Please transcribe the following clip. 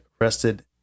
arrested